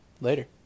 Later